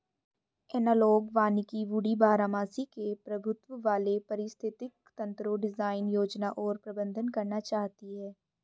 analogue वानिकी वुडी बारहमासी के प्रभुत्व वाले पारिस्थितिक तंत्रको डिजाइन, योजना और प्रबंधन करना चाहती है